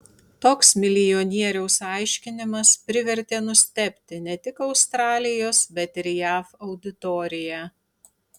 toks milijonieriaus aiškinimas privertė nustebti ne tik australijos bet ir jav auditoriją